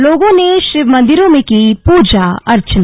लोगों ने शिव मंदिरों में की पूजा अर्चना